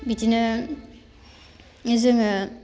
बिदिनो जोङो